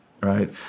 right